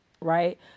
right